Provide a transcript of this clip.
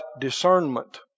discernment